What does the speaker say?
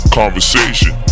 conversation